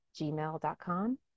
gmail.com